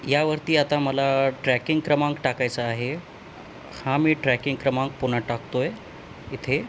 या वरती आता मला ट्रॅकिंग क्रमांक टाकायचं आहे हा मी ट्रॅकिंग क्रमांक पुन्हा टाकतो आहे इथे